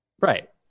Right